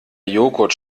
joghurt